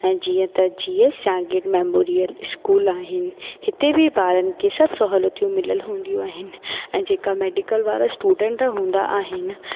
ऐं जीअं त G S Shagir memorial school आहिनि हिते बि ॿारनि खे सभु सहूलतियूं मिलियलु हूंदियूं आहिनि ऐं जेका मेडिकल वारो स्टूडेंट हूंदा आहिनि